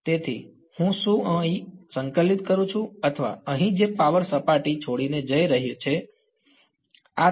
તેથી હું શું હું અહીં સંકલિત કરું છું અથવા અહીં જે પાવર સપાટી છોડીને જઈ રહી છે તે જ રહેશે